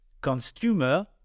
consumer